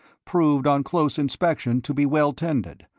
proved on close inspection to be well tended,